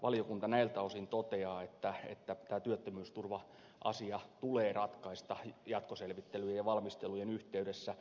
valiokunta näiltä osin toteaa että työttömyysturva asia tulee ratkaista jatkoselvittelyjen ja valmistelujen yhteydessä